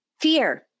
Fear